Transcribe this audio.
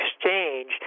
exchange